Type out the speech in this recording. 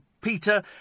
Peter